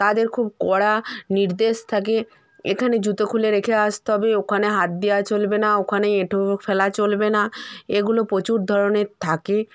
তাদের খুব কড়া নির্দেশ থাকে এখানে জুতো খুলে রেখে আসতে হবে ওখানে হাত দেয়া চলবে না ওখানে এঁঠো ফেলা চলবে না এগুলো প্রচুর ধরনের থাকে